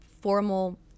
formal